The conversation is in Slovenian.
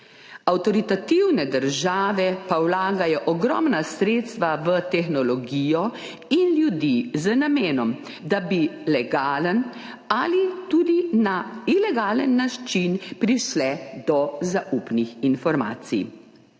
Avtoritativne države pa vlagajo ogromna sredstva v tehnologijo in ljudi z namenom, da bi na legalen ali tudi na ilegalen način prišle do zaupnih informacij.